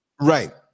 Right